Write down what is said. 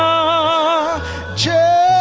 o j.